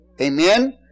Amen